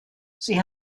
sie